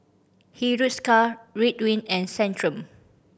Hiruscar Ridwind and Centrum